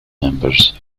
members